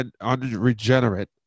unregenerate